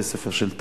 בתי-ספר של תל"י,